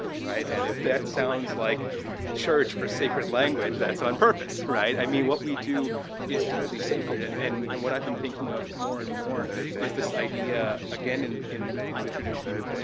right? and if that sounds like church or sacred language that's on purpose, right? i mean, what we do is deeply sacred and and and what i've been thinking of more and more is this idea, again, in in the tradition,